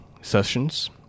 sessions